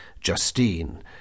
Justine